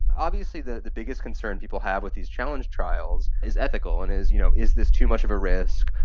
obviously the the biggest concern people have with these challenge trials is ethical and is you know is this too much of a risk,